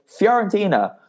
Fiorentina